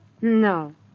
No